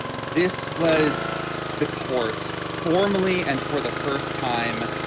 this was the courts formally and for the first time,